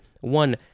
One